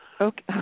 okay